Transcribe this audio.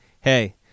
Hey